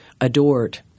adored